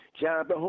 John